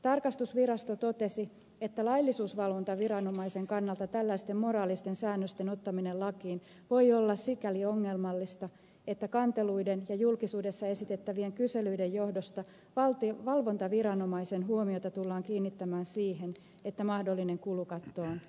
tarkastusvirasto totesi että laillisuusvalvontaviranomaisen kannalta tällaisten moraalisten säännösten ottaminen lakiin voi olla sikäli ongelmallista että kanteluiden ja julkisuudessa esitettävien kyselyiden johdosta valvontaviranomaisen huomiota tullaan kiinnittämään siihen että mahdollinen kulukatto on ylitetty